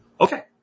Okay